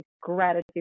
gratitude